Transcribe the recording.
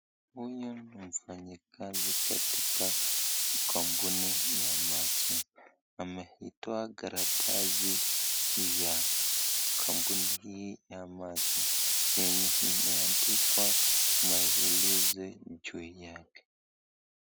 Huyu ni mfanyikazi katika kampuni ya maji. Ameitoa karatasi ya kampuni hii ya maji yenye imeandikwa maelezo juu yake.